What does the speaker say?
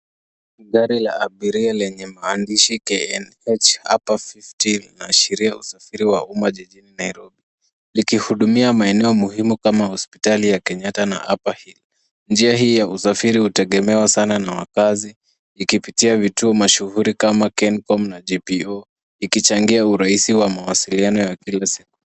Gari la abiria lenye maandishi KNH upper 50 linaashiria usafiri wa umma jijini Nairobi likihudumia maeneo muhimu kama hospitali ya Kenyatta na Upper Hill. Njia hii ya usafiri hutegemewa sana na wakazi ikipitia vituo mashuhuri kama Kencom na JPO ikichangia urahisi wa mawasiliano ya kila siku.